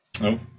No